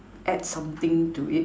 add something to it